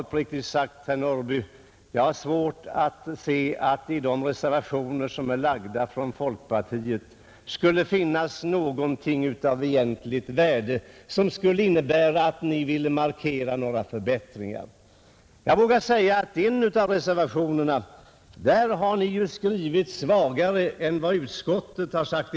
Uppriktigt sagt, herr Norrby, har jag svårt att se att det i de reservationer som kommer från folkpartiet skulle finnas någonting av egentligt värde och som skulle innebära att ni ville markera några förbättringar. Jag vågar säga att ni i en av reservationerna har skrivit svagare än utskottsmajoriteten.